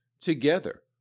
together